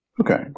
Okay